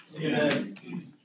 amen